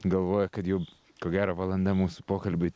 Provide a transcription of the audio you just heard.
galvoj kad jau ko gero valanda mūsų pokalbiui